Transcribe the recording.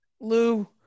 Lou